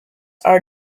are